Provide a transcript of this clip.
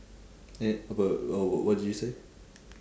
eh apa wha~ wha~ what did you say